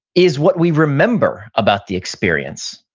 is what we remember about the experience.